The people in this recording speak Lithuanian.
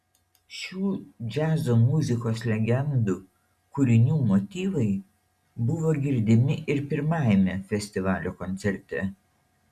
šių džiazo muzikos legendų kūrinių motyvai buvo girdimi ir pirmajame festivalio koncerte